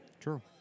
True